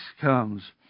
comes